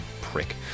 prick